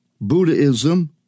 Buddhism